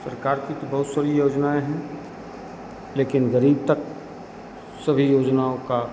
सरकार की तो बहुत सारी योजनाएँ हैं लेकिन गरीब तक सभी योजनाओं का